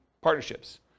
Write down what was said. partnerships